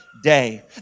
day